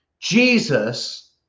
Jesus